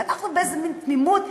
ואנחנו באיזו מין תמימות,